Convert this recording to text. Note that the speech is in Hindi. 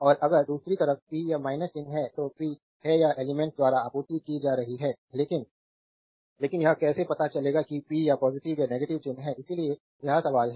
और अगर दूसरी तरफ p या चिह्न है जो p है या एलिमेंट्स द्वारा आपूर्ति की जा रही है लेकिन लेकिन यह कैसे पता चलेगा कि p या पॉजिटिव या नेगेटिव चिन्ह है इसलिए यह सवाल है